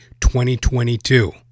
2022